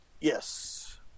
Yes